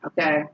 okay